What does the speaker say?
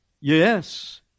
Yes